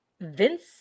Vince